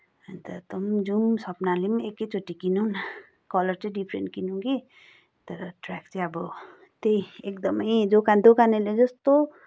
अन्त तँ पनि जाऊँ स्प्नाले पनि एकैचोटि किनौँ न कलर चाहिँ डिफरेन्ट किनौँ कि तर ट्र्याक चाहिँ अब त्यही एकदमै दोकान दोकानेले जस्तो